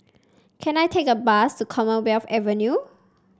can I take a bus to Commonwealth Avenue